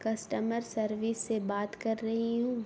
customer service سے بات کر رہی ہوں